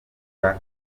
jack